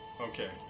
Okay